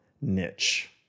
niche